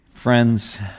Friends